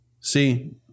See